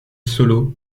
solo